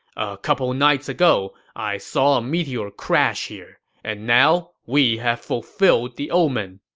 a couple nights ago, i saw a meteor crash here, and now, we have fulfilled the omen.